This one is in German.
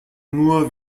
nur